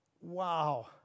Wow